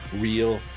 real